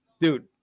dude